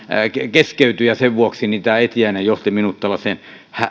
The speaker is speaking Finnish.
keskeytyy ja ehkä sen vuoksi tämä etiäinen johti minut tällaiseen